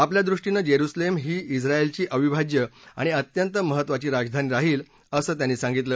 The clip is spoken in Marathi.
आपल्या दृष्टीनं जेरुसलेम ही झाएलची अविभाज्य आणि अत्यंत महत्त्वाची राजधानी राहील असं ते म्हणाले